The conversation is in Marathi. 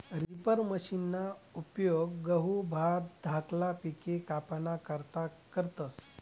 रिपर मशिनना उपेग गहू, भात धाकला पिके कापाना करता करतस